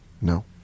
No